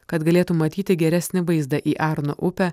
kad galėtų matyti geresnį vaizdą į arno upę